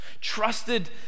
trusted